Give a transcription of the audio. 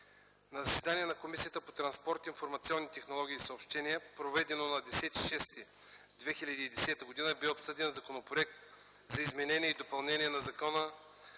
„На заседание на Комисията по транспорт, информационни технологии и съобщения, проведено на 10.06.2010 г. бе обсъден Законопроект за изменение и допълнение на Закона